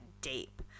deep